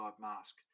mask